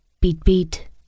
Beat-beat